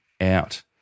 out